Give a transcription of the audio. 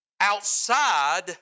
outside